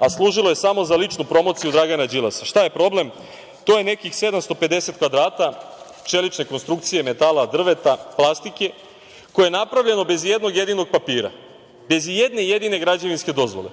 a služilo je samo za ličnu promociju Dragana Đilasa. Šta je problem? To je nekih 750 kvadrata čelične konstrukcije, metala, drveta, plastike, koje je napravljeno bez i jednog jedinog papira, bez i jedne jedine građevinske dozvole